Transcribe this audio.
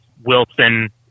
Wilson